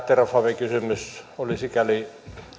terrafamen kysymys oli sikäli